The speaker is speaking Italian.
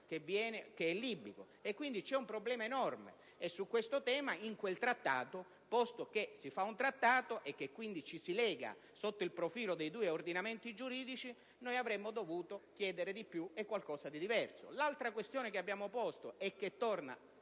che viene dalla Libia. C'è un problema enorme, e su questo tema in quel trattato, posto che un trattato determina in legame sotto il profilo dei due ordinamenti giuridici, avremmo dovuto chiedere di più e qualcosa di diverso. L'altra questione che abbiamo posto e che torna